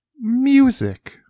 Music